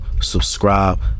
subscribe